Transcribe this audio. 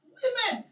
women